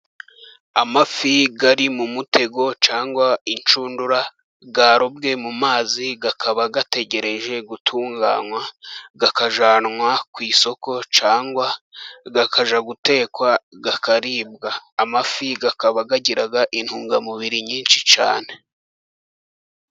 Amafi ari mu mutego cyangwa inshundura, yarobwe mu mazi, akaba ategereje gutunganywa, kajyananwa ku isoko cyangwa akajya gutekwa, akaribwa. Amafi akaba kagira intungamubiri nyinshi cyane.